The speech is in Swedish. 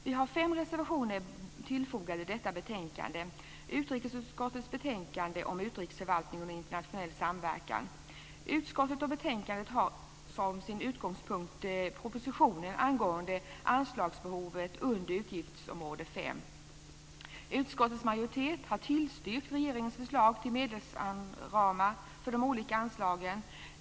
Det är fem reservationer tillfogade detta betänkande, utrikesutskottets betänkande om utrikesförvaltningen och internationell samverkan. Utskottet och betänkandet har som utgångspunkt propositionen angående anslagsbehovet under utgiftsområde 5. Utskottets majoritet har tillstyrkt regeringens förslag till medelsramar för de olika anslagen.